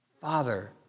Father